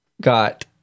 got